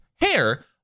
hair